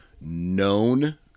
known